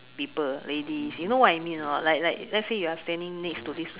people ladies you know what I mean or not like like let's say you are standing next to this person